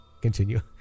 Continue